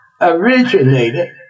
originated